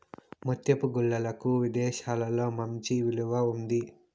ముత్యపు గుల్లలకు విదేశాలలో మంచి విలువ ఉంది